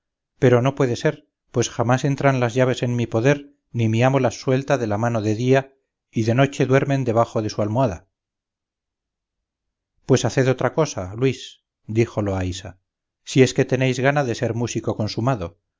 pero no puede ser pues jamás entran las llaves en mi poder ni mi amo las suelta de la mano de día y de noche duermen debajo de su almohada pues haced otra cosa luis dijo loaysa si es que tenéis gana de ser músico consumado